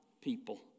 people